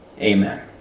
Amen